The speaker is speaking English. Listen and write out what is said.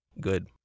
Good